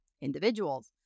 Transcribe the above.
Individuals